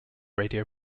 radio